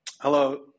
Hello